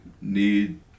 need